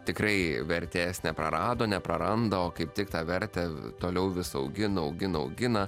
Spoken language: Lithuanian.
tikrai vertės neprarado nepraranda o kaip tik tą vertę toliau vis augina augina augina